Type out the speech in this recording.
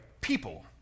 people